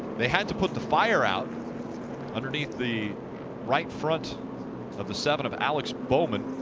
they had to put the fire out underneath the right front of the seven of alex bowman.